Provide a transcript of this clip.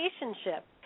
relationship